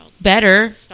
better